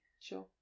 Sure